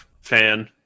fan